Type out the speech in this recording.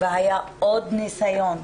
ואז היה עוד ניסיון,